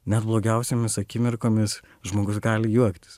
net blogiausiomis akimirkomis žmogus gali juoktis